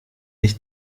ich